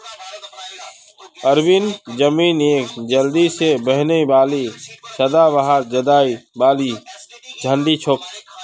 Arabian jasmine एक जल्दी से बढ़ने वाला सदाबहार चढ़ाई वाली झाड़ी छोक